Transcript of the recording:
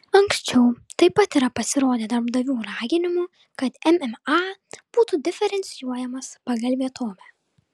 anksčiau taip pat yra pasirodę darbdavių raginimų kad mma būtų diferencijuojamas pagal vietovę